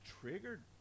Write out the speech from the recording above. triggered